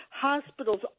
hospitals